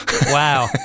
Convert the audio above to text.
Wow